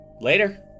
later